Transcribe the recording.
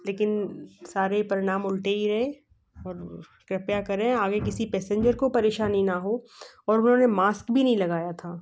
लेकिन सारे परिणाम उलटे ही रहे और कृपया करें आगे किसी पैसेंजर को परेशानी ना हो और उन्होंने मास्क भी नहीं लगाया था